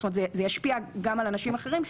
זאת אומרת, זה ישפיע גם על אנשים אחרים,